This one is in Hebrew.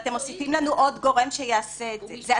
אתם מוסיפים לנו היום עוד גורם שיעשה את זה,